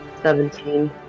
seventeen